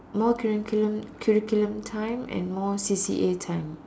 more curriculum curriculum time and more C_C_A time